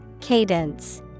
Cadence